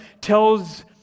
tells